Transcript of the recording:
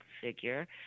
figure